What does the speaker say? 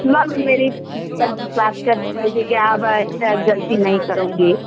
ma'am मेरी पर विश्वास लीजिएगा अब ऐसा गलती नहीं करूँगी